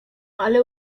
ale